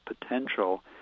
potential